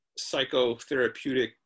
psychotherapeutic